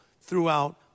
throughout